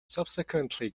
subsequently